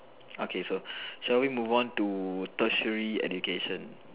okay so shall we move on to Tertiary education